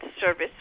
service